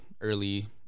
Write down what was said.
early